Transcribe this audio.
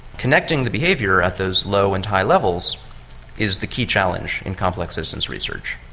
connecting the behaviour at those low and high levels is the key challenge in complex systems research.